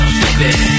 baby